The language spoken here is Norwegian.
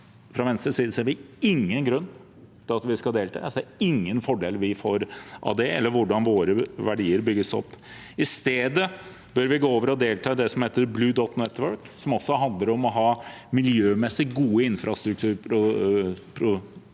Fra Venstres side ser vi ingen grunn til at vi skal delta i det. Jeg ser ingen fordeler vi får av det, og ikke hvordan våre verdier bygges opp gjennom det. I stedet bør vi gå over til å delta i det som heter Blue Dot Network, som handler om å ha miljømessig gode infrastrukturutbygginger